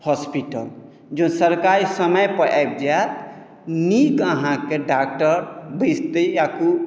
hospital जँ सरकारी समयपर आबि जायत नीक अहाँके डॉक्टर बैसतै या कू